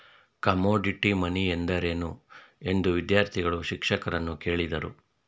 Commodity money ಎಂದರೇನು? ಎಂದು ವಿದ್ಯಾರ್ಥಿಗಳು ಶಿಕ್ಷಕರನ್ನು ಕೇಳಿದರು